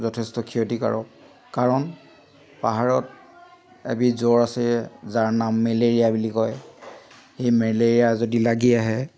যথেষ্ট ক্ষতিকাৰক কাৰণ পাহাৰত এবিধ জ্বৰ আছে যাৰ নাম মেলেৰিয়া বুলি কয় সেই মেলেৰিয়া যদি লাগি আহে